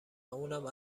اونم